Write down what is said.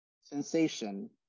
sensation